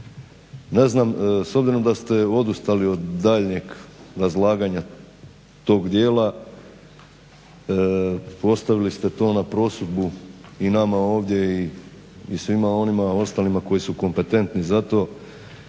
Ne znam, s obzirom da ste odustali od daljnjeg razlaganja tog dijela ostavili ste to na prosudbu i nama ovdje i svima onima ostalima koji su kompetentni za to